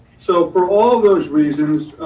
so for all those reasons,